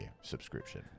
subscription